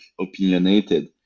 opinionated